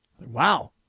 Wow